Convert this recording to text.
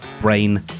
Brain